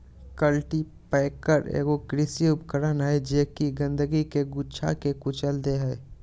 cultipacker एगो कृषि उपकरण हइ जे कि गंदगी के गुच्छा के कुचल दे हइ